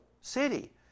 city